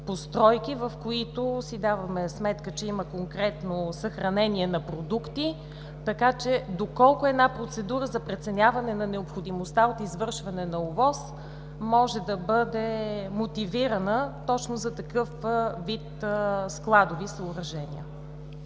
в които си даваме сметка, че има конкретно съхранение на продукти. Доколко една процедура за преценяване на необходимостта от извършване на ОВОС може да бъде мотивирана точно за такъв вид складови съоръжения.